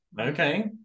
Okay